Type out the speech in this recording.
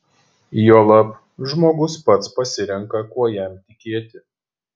juolab žmogus pats pasirenka kuo jam tikėti